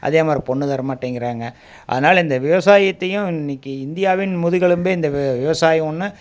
அதே மாதிரி பொண்ணு தர மாட்டேங்கிறாங்க அதனால இந்த விவசாயத்தையும் இன்னைக்கி இந்தியாவின் முதுகெலும்பே இந்த வி விவசாயன்னு